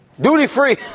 Duty-free